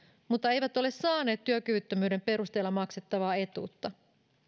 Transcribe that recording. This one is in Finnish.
mutta eivät ole saaneet työkyvyttömyyden perusteella maksettavaa etuutta